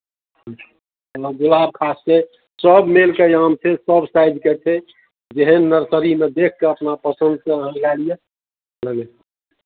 ह्म्म कहलहुँ गुलाबखास छै सभ मेलके आम छै सभ साइजके छै जेहन नर्सरीमे देखि कऽ अपना पसन्दसँ अहाँ लए लिअ बुझलियै